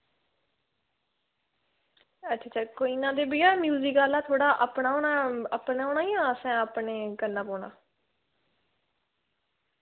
अच्छ अच्छा कोई ना ते भैया म्यूजिक आह्ला थोआड़ा अपना होना अपना होना जां असैं अपने करना पौना